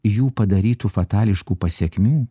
jų padarytų fatališkų pasekmių